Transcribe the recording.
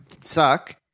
suck